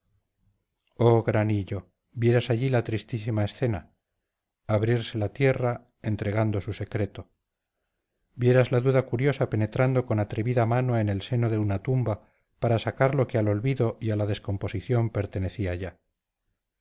oh gran hillo vieras allí la tristísima escena abrirse la tierra entregando su secreto vieras la duda curiosa penetrando con atrevida mano en el seno de una tumba para sacar lo que al olvido y a la descomposición pertenecía ya